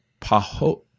paho